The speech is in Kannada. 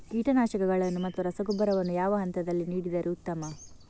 ಕೀಟನಾಶಕಗಳನ್ನು ಮತ್ತು ರಸಗೊಬ್ಬರವನ್ನು ಯಾವ ಹಂತದಲ್ಲಿ ನೀಡಿದರೆ ಉತ್ತಮ?